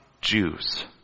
Jews